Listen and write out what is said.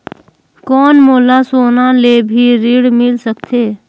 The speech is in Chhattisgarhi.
कौन मोला सोना ले भी ऋण मिल सकथे?